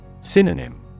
Synonym